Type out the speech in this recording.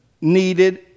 needed